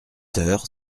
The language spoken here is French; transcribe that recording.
heures